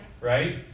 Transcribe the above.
right